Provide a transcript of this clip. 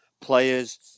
players